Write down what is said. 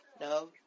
No